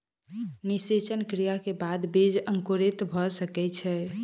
निषेचन क्रिया के बाद बीज अंकुरित भ सकै छै